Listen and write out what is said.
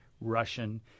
Russian